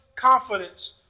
confidence